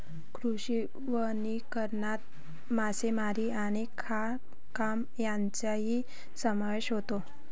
कृषी वनीकरणात मासेमारी आणि खाणकाम यांचाही समावेश होतो